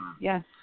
Yes